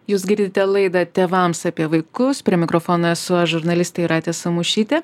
jūs girdite laidą tėvams apie vaikus prie mikrofono esu aš žurnalistė jūratė samušytė